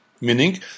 meaning